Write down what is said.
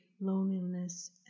loneliness